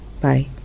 Bye